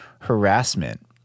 harassment